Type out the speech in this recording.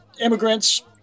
immigrants